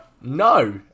No